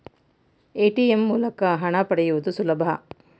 ATM ಮೂಲಕ ಹಣ ಪಡೆಯುವುದು ಸುಲಭ